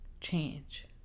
change